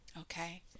Okay